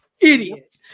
Idiot